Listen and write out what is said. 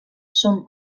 són